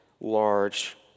large